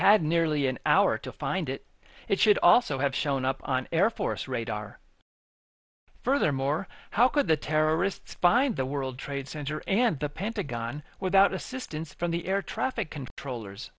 had nearly an hour to find it it should also have shown up on air force radar furthermore how could the terrorists find the world trade center and the pentagon without assistance from the air traffic controllers